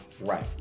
right